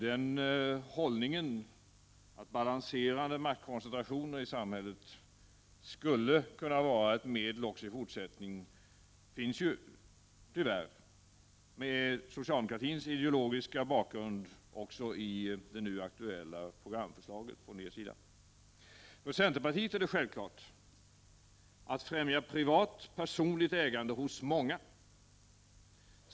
Den inställningen, att balanserande maktkoncentrationer i samhället skulle kunna vara ett medel också i fortsättningen, finns ju tyvärr, med socialdemokratins ideologiska bakgrund, också i det nu aktuella programförslaget från socialdemokraternas sida. För centerpartiet är det självklart att främja privat, personligt ägande hos många.